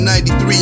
93